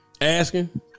Asking